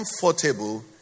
comfortable